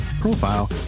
profile